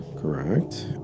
Correct